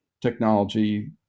technology